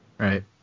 Right